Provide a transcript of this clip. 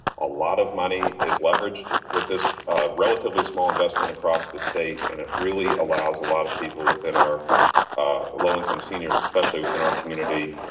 a lot of money is leveraged with this relatively small investment across the state and it really allows a lot of people within our low income seniors, especially within our community,